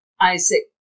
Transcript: Isaac